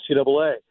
NCAA